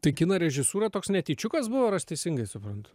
tai kino režisūra toks netyčiukas buvo ar aš teisingai suprantu